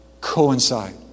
coincide